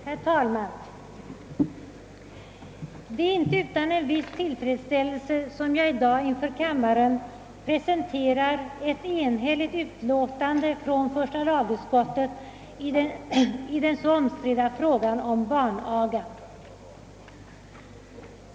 Herr talman! Det är inte utan en viss tillfredsställelse som jag i dag inför kammaren presenterar ett enhälligt utlåtande från första lagutskottet i den omstridda frågan om barnaga.